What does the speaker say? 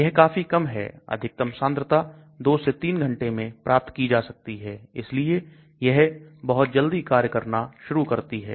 यह काफी कम है अधिकतम सांद्रता 2 से 3 घंटे में प्राप्त की जा सकती है इसलिए यह बहुत जल्दी कार्य करना शुरू करती है